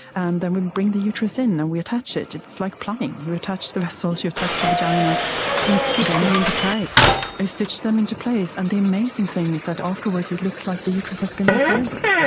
and then we bring the uterus in and we attach it. it's like plumbing, you attach the vessels, you attach the vagina and stitch them into place. we stitch them into place. and the amazing thing is that afterwards it looks like the uterus has been there forever.